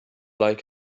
like